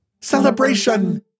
Celebration